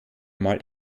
mal